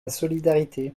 solidarité